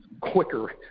quicker